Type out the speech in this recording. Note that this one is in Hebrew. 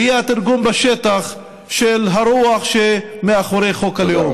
והיא התרגום בשטח של הרוח שמאחורי חוק הלאום.